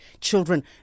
children